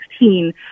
2016